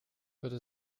würde